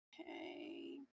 Okay